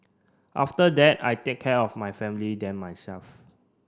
after that I take care of my family then myself